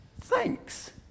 Thanks